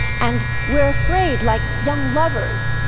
and we're afraid, like young lovers,